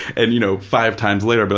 and, you know, five times later, but